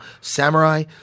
samurai